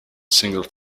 single